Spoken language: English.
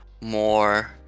more